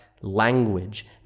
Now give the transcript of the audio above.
language